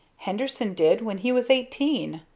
henderson did when he was eighteen.